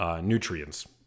nutrients